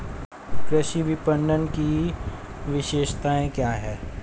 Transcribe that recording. कृषि विपणन की विशेषताएं क्या हैं?